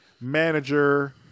manager